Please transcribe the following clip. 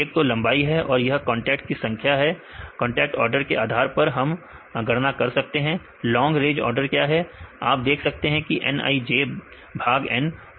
एक तो लंबाई है और यह कांटेक्ट की संख्या कांटेक्ट आर्डर के आधार पर हम गणना कर सकते हैं लॉन्ग रेंज ऑर्डर क्या है आप देख सकते हैं nij भाग N